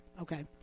Okay